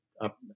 up